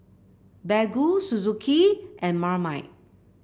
Baggu Suzuki and Marmite